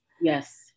Yes